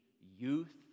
youth